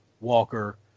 Walker